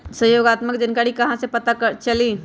सहयोगात्मक जानकारी कहा से पता चली?